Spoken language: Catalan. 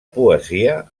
poesia